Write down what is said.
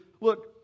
Look